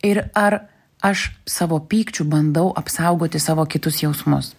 ir ar aš savo pykčiu bandau apsaugoti savo kitus jausmus